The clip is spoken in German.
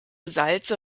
salze